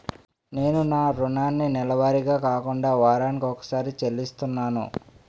నేను నా రుణాన్ని నెలవారీగా కాకుండా వారాని కొక్కసారి చెల్లిస్తున్నాను